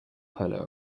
polo